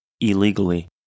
illegally